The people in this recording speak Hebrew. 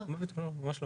לא, לא, ממש לא.